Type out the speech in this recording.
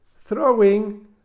throwing